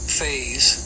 phase